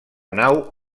nau